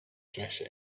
thrasher